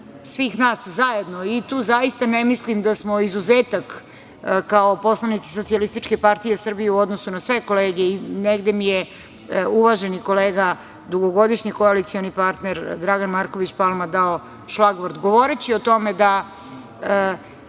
svih nas zajedno i tu zaista ne mislim da smo izuzetak, kao poslanici SPS, u odnosu na sve kolege i negde mi je uvaženi kolega, dugogodišnji koalicioni parter Dragan Marković Palma dao šlagvort, govoreći o tome da